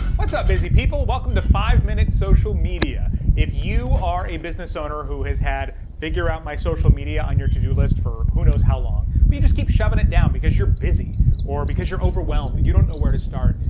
what's up busy people welcome to five minute social media. if you are a business owner who has had figure out my social media on your to do list for who knows how long but you just keep shoving it down because you're busy or because you're overwhelmed and you don't know where to start,